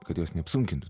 kad jos neapsunkintų